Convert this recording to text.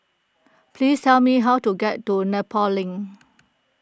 please tell me how to get to Nepal Link